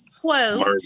quote